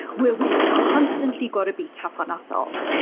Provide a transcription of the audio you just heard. where we've constantly got to be tough on ourselves.